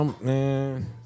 man